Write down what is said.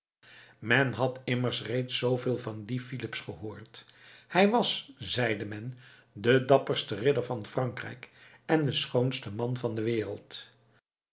men had immers reeds zooveel van dien filips gehoord hij was zeide men de dapperste ridder van frankrijk en de schoonste man van de wereld